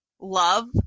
love